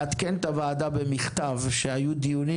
לעדכן את הוועדה במכתב שהיו דיונים,